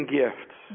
gifts